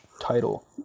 title